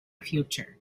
future